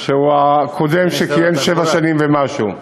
שהוא הקודם שכיהן שבע שנים ומשהו,